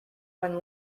when